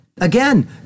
Again